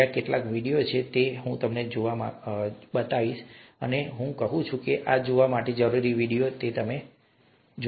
ત્યાં કેટલાક વિડીયો છે જે હું તમને જોવા માંગુ છું અને હું કહું છું કે આ જોવા માટે જરૂરી વિડીયો છે તે જ રીતે પહેલા ત્રણ હતા